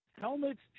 Helmets